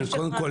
קודם כול,